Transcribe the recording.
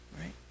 right